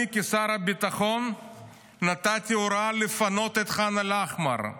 אני כשר הביטחון נתתי הוראה לפנות את ח'אן אל-אחמר.